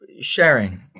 sharing